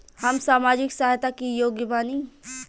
हम सामाजिक सहायता के योग्य बानी?